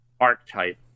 archetype